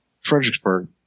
Fredericksburg